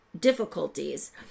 difficulties